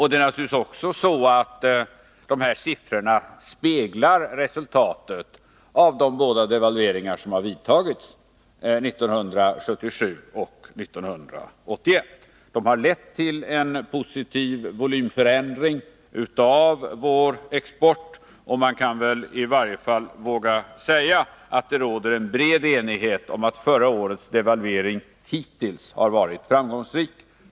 De här siffrorna speglar naturligtvis också resultatet av de båda devalveringar som har vidtagits, 1977 och 1981. Det har lett till en positiv volymförändring av vår export. Man kan i varje fall våga säga att det råder en bred enighet om att förra årets devalvering hittills har varit framgångsrik.